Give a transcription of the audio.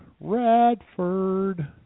Radford